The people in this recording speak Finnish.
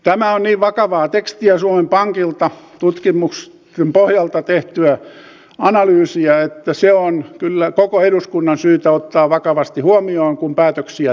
tämä on niin vakavaa tekstiä suomen pankilta tutkimusten pohjalta tehtyä analyysia että se on kyllä koko eduskunnan syytä ottaa vakavasti huomioon kun päätöksiä teemme